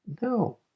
No